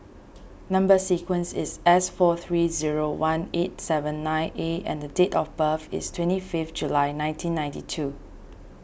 Number Sequence is S four three zero one eight seven nine A and date of birth is twenty fifth July nineteen ninety two